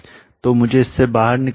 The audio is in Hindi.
तो मुझे इससे बाहर निकलने दो